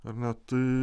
ar ne tai